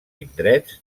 indrets